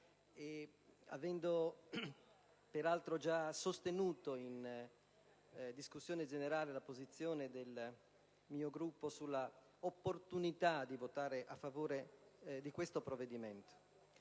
avendo peraltro già sostenuto in discussione generale la posizione del mio Gruppo sull'opportunità di votare a favore del provvedimento